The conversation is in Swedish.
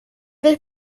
vill